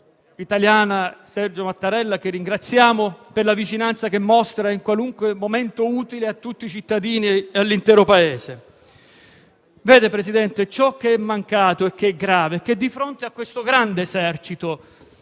italiana, Sergio Mattarella, che ringraziamo per la vicinanza che mostra, in qualunque momento utile, a tutti i cittadini e all'intero Paese. Vede, signor Presidente, ciò che è mancato - ed è grave - è che, di fronte a questo grande esercito